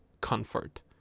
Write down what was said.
comfort